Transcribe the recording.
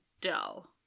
dough